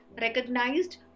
recognized